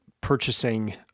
purchasing